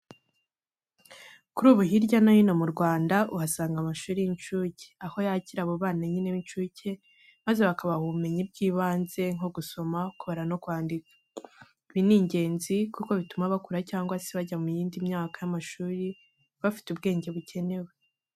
Kuri ubu hirya no hino mu Rwanda uhasanga amashuri y'incuke, aho yakira abo bana nyine b'incuke maze bakabaha ubumenyi bw'ibanze nko gusoma, kubara no kwandika. Ibi ni ingenzi kuko bituma bakura cyangwa se bajya mu yindi myaka y'amashuri bafite ubwenge bukenewe.